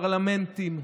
פרלמנטים,